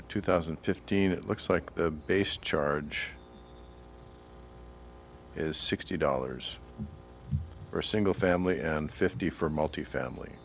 for two thousand and fifteen it looks like the base charge is sixty dollars for single family and fifty for multi family